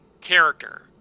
character